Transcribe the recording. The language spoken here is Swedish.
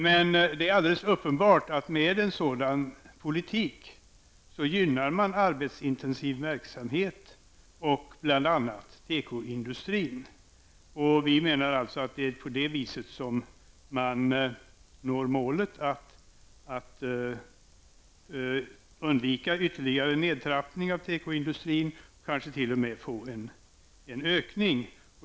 Men det är alldeles uppenbart att man med en sådan politik gynnar man arbetsintensiv verksamhet, bl.a. inom tekoindustrin. Vi menar alltså att det är på det sättet som man når målet att undvika en ytterligare nedtrappning av tekoindustrin och kanske t.o.m. få en ökning.